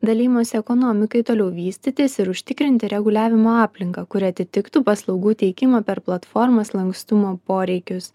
dalijimosi ekonomikai toliau vystytis ir užtikrinti reguliavimo aplinką kuri atitiktų paslaugų teikimo per platformas lankstumo poreikius